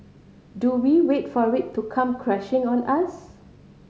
do we wait for it to come crashing on us